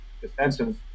defensive